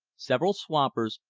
several swampers,